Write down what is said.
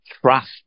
trust